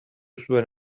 zuen